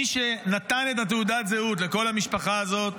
מי שנתן את תעודת הזהות לכל המשפחה הזאת,